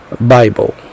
Bible